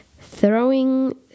throwing